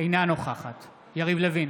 אינה נוכחת יריב לוין,